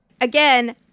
again